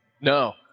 No